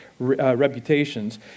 reputations